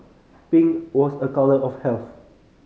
pink was a colour of health